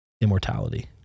immortality